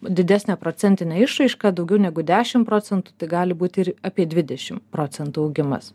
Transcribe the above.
didesnę procentinę išraišką daugiau negu dešimt procentų tai gali būt ir apie dvidešimt procentų augimas